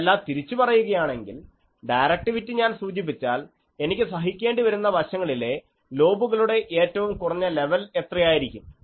അതല്ല തിരിച്ചു പറയുകയാണെങ്കിൽ ഡയറക്ടിവിറ്റി ഞാൻ സൂചിപ്പിച്ചാൽ എനിക്ക് സഹിക്കേണ്ടിവരുന്ന വശങ്ങളിലെ ലോബുകളുടെ ഏറ്റവും കുറഞ്ഞ ലെവൽ എത്രയായിരിക്കും